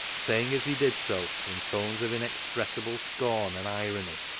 saying as he did so, in tones of in expressible scorn and irony,